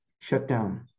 shutdown